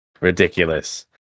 ridiculous